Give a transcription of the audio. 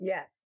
Yes